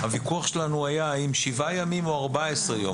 הוויכוח שלנו היה האם שבעה ימים או 14 ימים.